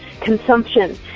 consumption